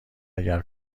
اگر